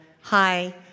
Hi